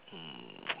mm